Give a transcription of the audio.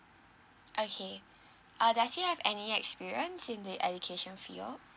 okay uh does he have any experience in the education field